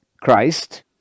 Christ